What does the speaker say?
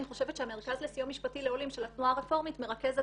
חושבת שהמרכז לסיוע משפטי לעולים של התנועה הרפורמית מרכזת